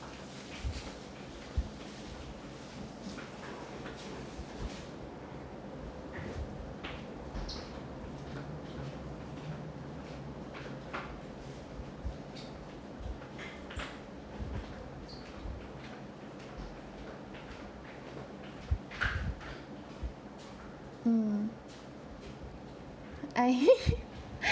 mm I